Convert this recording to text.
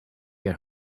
get